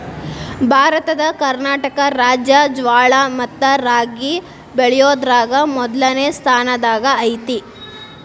ಭಾರತದ ಕರ್ನಾಟಕ ರಾಜ್ಯ ಜ್ವಾಳ ಮತ್ತ ರಾಗಿ ಬೆಳಿಯೋದ್ರಾಗ ಮೊದ್ಲನೇ ಸ್ಥಾನದಾಗ ಐತಿ